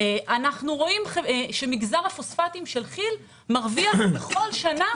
אנו רואים שמגזר הפוספטים של כי"ל מרוויח כל שנה